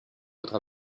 votre